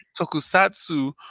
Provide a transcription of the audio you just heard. tokusatsu